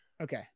Okay